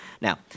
Now